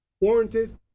Warranted